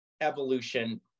evolution